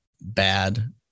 bad